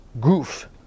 goof